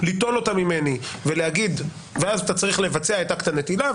ליטול אותה ממני ואז אתה צריך לבצע את אקט הנטילה,